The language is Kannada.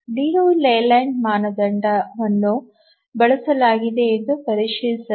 ಲಿಯು ಲೇಲ್ಯಾಂಡ್ ಮಾನದಂಡವನ್ನು ಬಳಸಲಾಗಿದೆಯೆ ಎಂದು ಪರಿಶೀಲಿಸಲು